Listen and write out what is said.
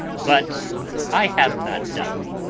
but i have not done.